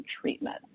treatment